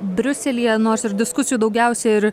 briuselyje nors ir diskusijų daugiausia ir